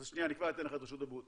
אז אני כבר אתן לך את רשות הדיבור.